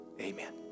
Amen